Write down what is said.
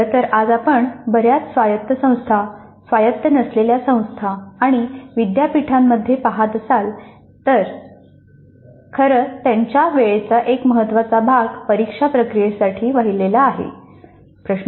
खरं तर जर आज आपण बऱ्याच स्वायत्त संस्था स्वायत्त नसलेल्या संस्था आणि विद्यापीठांमध्ये पहात असाल तर खरं तर त्यांच्या वेळेचा एक महत्त्वाचा भाग परीक्षा प्रक्रियेसाठी वाहिलेला आहे